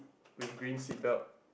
with green seat belt